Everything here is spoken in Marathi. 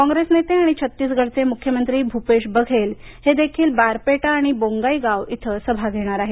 कॉंग्रेस नेते आणि छत्तीसगडचे मुख्यमंत्री भूपेश बघेल हे देखील बारपेटा आणि बोन्गाईगाव इथं सभा घेणार आहेत